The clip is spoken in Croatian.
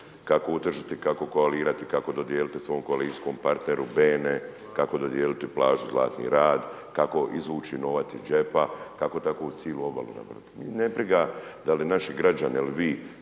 kako utržiti, kako koalirati, kako dodijeliti svom koalicijskom partneru Bene, kako dodijeliti plažu Zlatni rat, kako izvući novac iz džepe, kako takvu cijelu obalu .../Govornik se ne razumije./...